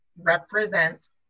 represents